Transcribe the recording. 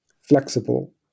flexible